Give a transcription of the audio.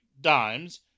Dimes